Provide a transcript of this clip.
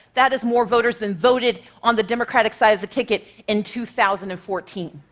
that is more voters than voted on the democratic side of the ticket in two thousand and fourteen.